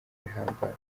ihambaye